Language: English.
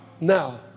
now